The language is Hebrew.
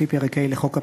לפי פרק ה' לחוק הפיקוח,